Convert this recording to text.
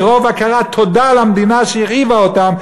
מרוב הכרת תודה למדינה שהרעיבה אותם,